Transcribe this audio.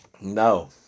No